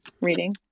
reading